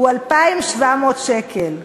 הוא 2,700 שקל.